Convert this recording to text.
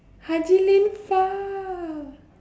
haji lane far